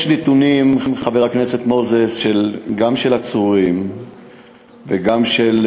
יש נתונים, חבר הכנסת מוזס, גם של עצורים וגם של